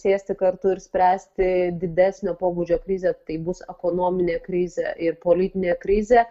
sėsti kartu ir spręsti didesnio pobūdžio krizę tai bus ekonominė krizė ir politinė krizė